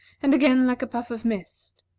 and again like a puff of mist.